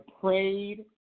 prayed